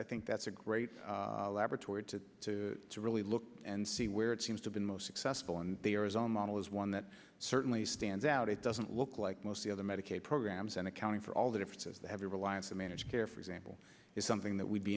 i think that's a great laboratory to really look and see where it seems to be the most successful and there is a model is one that certainly stands out it doesn't look like mostly other medicaid programs and accounting for all the differences the heavy reliance on managed care for example it's something that we'd be